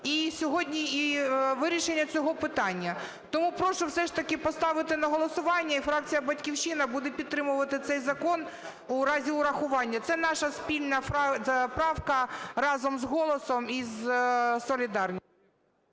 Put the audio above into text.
і сьогодні вирішення цього питання. Тому прошу все ж таки поставити на голосування, і фракція "Батьківщина" буде підтримувати цей закон у разі врахування. Це наша спільна правка разом з "Голосом" і з… ГОЛОВУЮЧИЙ.